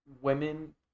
Women